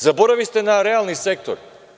Zaboravili ste na realni sektor.